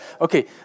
okay